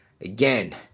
Again